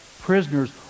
prisoners